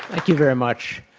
thank you very much.